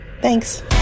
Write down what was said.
Thanks